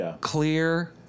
clear